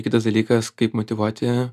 kitas dalykas kaip motyvuoti